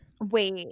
Wait